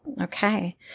Okay